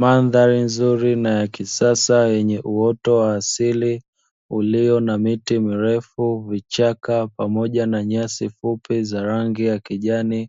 Mandhari nzuri na ya kisasa yenye uoto wa asili ulio na miti mirefu, vichaka pamoja na nyasi fupi za rangi ya kijani,